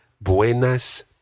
Buenas